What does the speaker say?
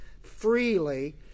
freely